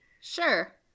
Sure